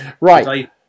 right